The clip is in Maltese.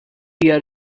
hija